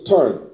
Turn